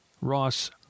Ross